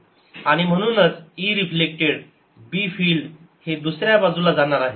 आणि म्हणूनच reflected b field हे दुसऱ्या बाजूला जाणार आहे